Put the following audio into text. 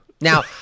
Now